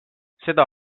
seda